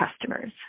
customers